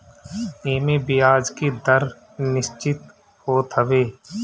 एमे बियाज के दर निश्चित होत हवे